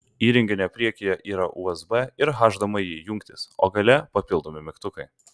įrenginio priekyje yra usb ir hdmi jungtys o gale papildomi mygtukai